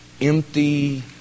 empty